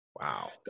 wow